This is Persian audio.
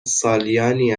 سالیانی